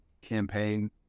campaign